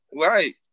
Right